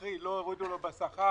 קרי, לא הורידו לו בשכר,